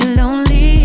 lonely